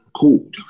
cool